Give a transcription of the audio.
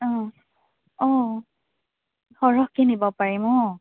অ অ সৰহকৈ নিব পাৰিম অ